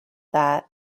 that